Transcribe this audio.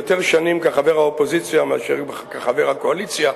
יותר שנים כחבר האופוזיציה מאשר כחבר הקואליציה,